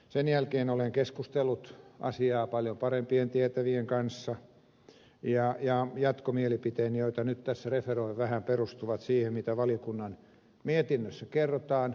sen jälkeen olen keskustellut asiasta paljon paremmin tietävien kanssa ja jatkomielipiteeni joita nyt tässä referoin vähän perustuvat siihen mitä valiokunnan mietinnössä kerrotaan